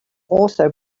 also